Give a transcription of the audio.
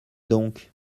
donc